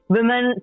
Women